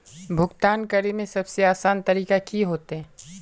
भुगतान करे में सबसे आसान तरीका की होते?